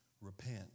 repent